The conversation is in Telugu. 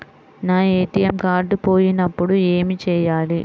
నా ఏ.టీ.ఎం కార్డ్ పోయినప్పుడు ఏమి చేయాలి?